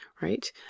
right